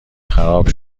خراب